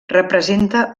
representa